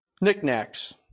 knickknacks